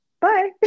bye